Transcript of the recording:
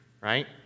right